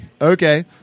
Okay